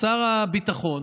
שר הביטחון